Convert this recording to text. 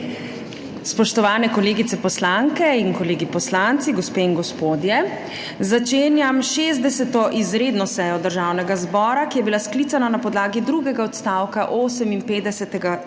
Spoštovani kolegice poslanke in kolegi poslanci, gospe in gospodje! Začenjam 60. izredno sejo Državnega zbora, ki je bila sklicana na podlagi drugega odstavka 58. člena ter